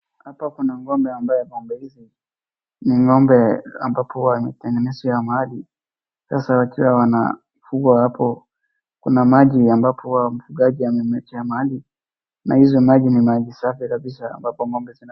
Hapa kuna ng'ombe ambaye ng'ombe hizi ni ng'ombe ambapo wametengenezea mahali sasa ikiwa wanafugwa hapo kuna maji ambapo huwa mfugaji amewawekea mahali na hizo maji ni maji safi kabisa ambapo ng'ombe zina.